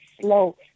slow